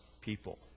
people